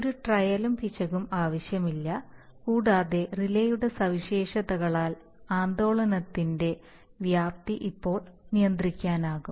ഒരു ട്രയലും പിശകും ആവശ്യമില്ല കൂടാതെ റിലേയുടെ സവിശേഷതകളാൽ ആന്ദോളനത്തിന്റെ വ്യാപ്തി ഇപ്പോൾ നിയന്ത്രിക്കാനാകും